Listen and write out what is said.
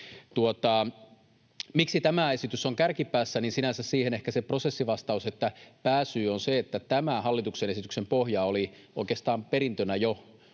Miksi tämä esitys on kärkipäässä? Sinänsä siihen ehkä se prosessivastaus, että pääsyy on se, että tämä hallituksen esityksen pohja oli oikeastaan perintönä jo